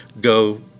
Go